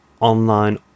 online